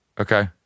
Okay